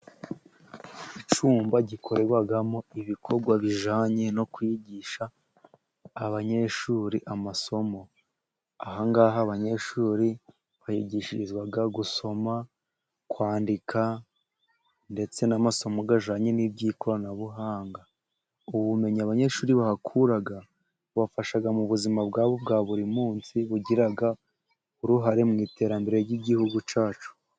Icyumba gikorerwamo ibikorwa bijyanye no kwigisha abanyeshuri amasomo. Ahangaha abanyeshuri bahigishirizwa gusoma, kwandika, ndetse n'amasomo ajyanye n'iby'ikoranabuhanga. Ubumenyi abanyeshuri bahakura, bubafasha mu buzima bwabo bwa buri munsi, bugira uruhare mu iterambere ry'igihugu cyacu.